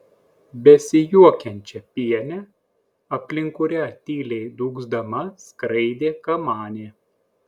besijuokiančią pienę aplink kurią tyliai dūgzdama skraidė kamanė